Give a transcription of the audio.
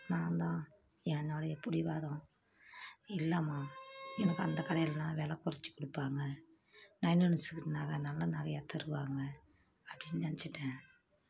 நான்தான் என்னோடைய பிடிவாதோம் இல்லைம்மா எனக்கு அந்த கடையில்தான் வில குறச்சி கொடுப்பாங்க நயன் ஒன் சிக்ஸ் நகை நல்ல நகையாக தருவாங்க அப்படின்னு நினச்சிட்டேன்